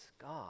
God